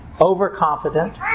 overconfident